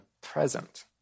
present